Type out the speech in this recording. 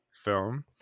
film